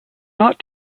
not